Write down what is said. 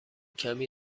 کمی